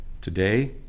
Today